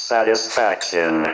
Satisfaction